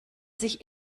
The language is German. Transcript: sich